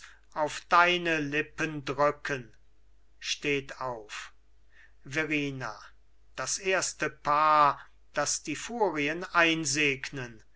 auf deine lippen drücken steht auf verrina das erste paar das die furien einsegnen